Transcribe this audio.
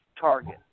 Target